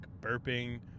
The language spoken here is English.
burping